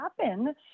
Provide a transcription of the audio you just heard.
happen